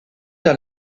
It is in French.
dans